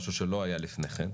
משהו שלא היה לפני כן,